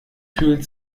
fühlt